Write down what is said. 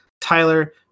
Tyler